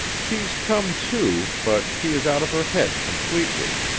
she's come to, but she is out of her head completely.